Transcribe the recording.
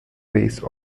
base